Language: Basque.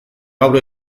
gaur